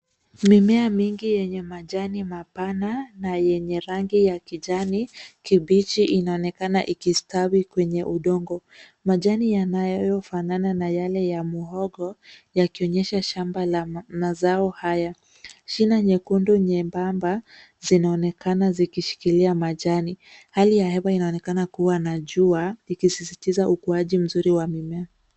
Mimea mingi yenye majani mapana na yenye rangi ya kijani kibichi inaonekana ikistawi kwenye udongo. Majani yanayofanana na yale ya muhogo yakionyesha shamba la mazao haya. Shina nyekundu nyebamaba zinaonekana zikishikilia majani. Hali ya hewa inaonekanakuwa kuwa jua ikisisitiza ukuaji mzuri wa mimea.